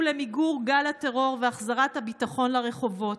למיגור גל הטרור והחזרת הביטחון לרחובות.